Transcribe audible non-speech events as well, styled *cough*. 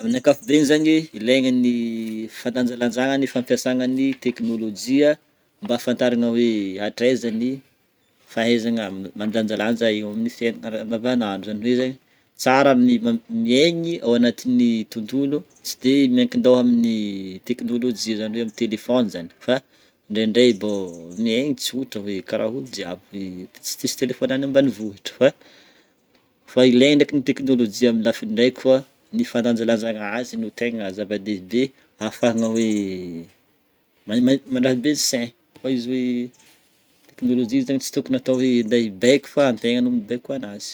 *noise* Amin'ny ankapobeny zagny, ilaigna ny *hesitation* fandanjalanjagna ny fampiasagna ny teknolojia mba hafantaragna hoe hatraiza ny fahaizagna *hesitation* mandanjalanja eo amin'ny fiaignana andavanandro zany hoe zegny tsara ny ma- miaigny ao anatin'ny tontolo tsy de miankin-dôha amin'ny teknolojia, zany hoe amin'ny telefaony zany fa ndraindray mbô miaigny tsotra hoe karaha olo jiaby hoe ts- tsisy telefaona any ambanivohitra fa, fa ilaina ndraiky ny teknolojia amin'ny lafiny raiky fa ny fandanjalanjagna azy no tegna zava-dehibe afahagna hoe *hesitation* ma- mahi- mandraha be ny saina. Fa izy hoe *hesitation* teknolojia zegny tsy tokony atao hoe andeha hibaiko fa antegna no mibaiko anazy.